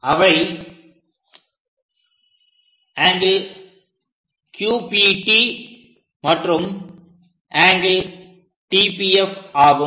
அவை ∠QPT மற்றும் ∠TPF ஆகும்